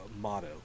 motto